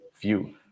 view